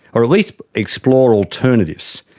or at least explore alternatives.